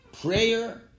prayer